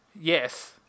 Yes